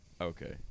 Okay